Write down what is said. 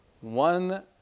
one